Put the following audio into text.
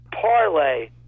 parlay